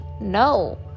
No